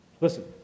Listen